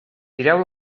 tireu